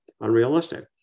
unrealistic